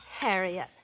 Harriet